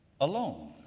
alone